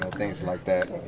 things like that,